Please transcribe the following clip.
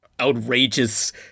Outrageous